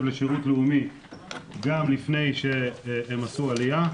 לשירות לאומי גם לפני שהם עשו עלייה.